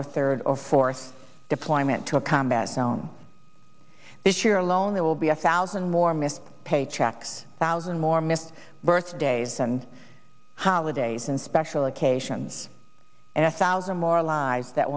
or third or fourth deployment to a combat zone this year alone will be a thousand more missed paycheck thousand more missed birthdays and holidays and special occasions and a thousand more lives that